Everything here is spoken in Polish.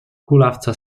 kulawca